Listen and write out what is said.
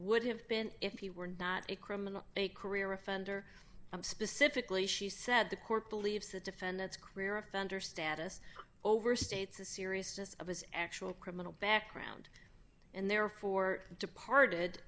would have been if you were not a criminal a career offender i'm specifically she said the court believes that defendants career offender status overstates the seriousness of his actual criminal background and therefore departed